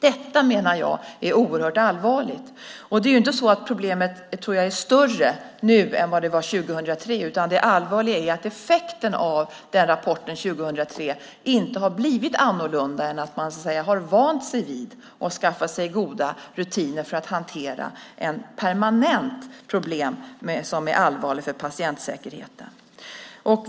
Detta menar jag är oerhört allvarligt. Det är inte så att problemet är större nu, tror jag, än det var 2003. Det allvarliga är i stället att effekten av rapporten 2003 inte har blivit något annat än att man så att säga har vant sig vid och har skaffat sig goda rutiner för att hantera ett permanent problem som är allvarligt för patientsäkerheten.